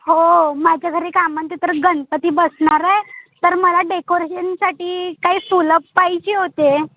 हो माझ्या घरी काय म्हणते तर गणपती बसणार आहे तर मला डेकोरेशनसाठी काही फुलं पाहिजे होते